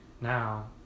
now